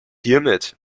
hiermit